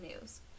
news